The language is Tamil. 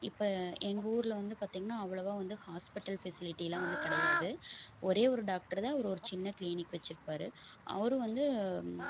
இப்போ எங்கள் ஊரில் வந்து பாத்திங்கன்னா அவ்ளவாக வந்து ஹாஸ்பிட்டல் ஃபெசிலிட்டிலாம் வந்து கிடையாது ஒரே ஒரு டாக்டரு தான் அவர் ஒரு சின்ன கிளீனிக் வச்சிருப்பார் அவரும் வந்து